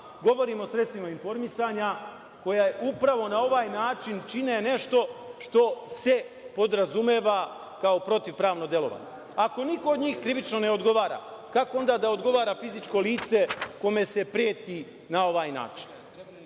govorim o sredstvima informisanja koji upravo na ovaj način čine nešto što se podrazumeva kao protivpravno delovanje. Ako niko od njih krivično ne odgovara, kako onda da odgovara fizičko lice kome se preti na ovaj način? Ono